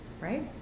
right